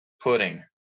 pudding